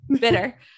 Bitter